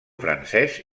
francès